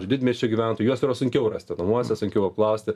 iš didmiesčių gyventojų juos yra sunkiau rasti namuose sunkiau apklausti